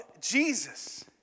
Jesus